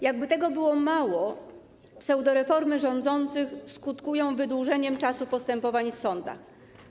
Jakby tego było mało, pseudoreformy rządzących skutkują wydłużeniem czasu postępowań w sądach.